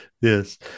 Yes